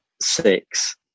six